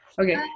Okay